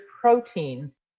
proteins